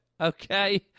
Okay